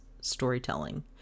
storytelling